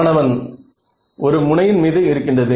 மாணவன் ஒரு முனையின் மீது இருக்கின்றது